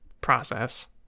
process